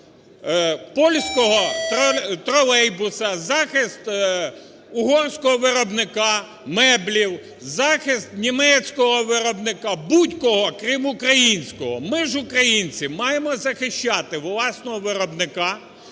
польського тролейбуса, захист угорського виробника меблів, захист німецького виробника, будь-кого, крім українського. Ми ж, українці, маємо захищати власного виробника,